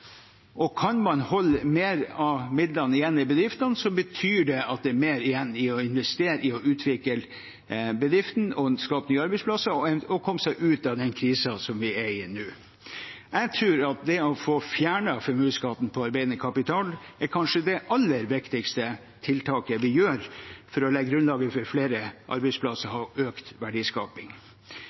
Kan man holde mer av midlene igjen i bedriften, betyr det at det er mer igjen til å investere i og utvikle bedriften og skape nye arbeidsplasser – og komme seg ut av den krisen som vi er i nå. Jeg tror at det å få fjernet formuesskatten på arbeidende kapital kanskje er det aller viktigste tiltaket vi gjør for å legge grunnlaget for flere arbeidsplasser og økt verdiskaping.